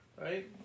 Right